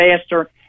faster